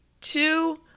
two